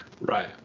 Right